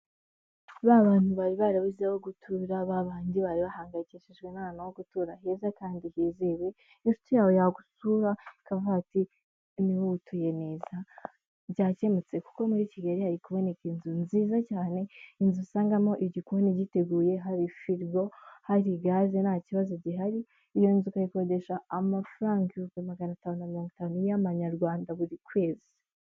Ba bantu bari barabuze aho gutura, ba bandi bari bahangayikishijwe n'ahantu ho gutura heza kandi hizewe, inshuti yawe yagusura ikavuga iti "ni wowe utuye neza" byakemutse kuko muri Kigali hari kuboneka inzu nziza cyane, inzu usangamo igikoni giteguye, hari firigo, hari gaze, nta kibazo gihari, iyo nzu ukayikodesha amafaranga ibihumbi magana atanu na mirongo itanu y'amanyarwanda buri kwezi.